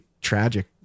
tragic